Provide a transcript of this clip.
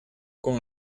con